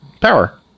power